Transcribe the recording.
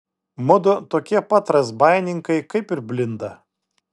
mudu tokie pat razbaininkai kaip ir blinda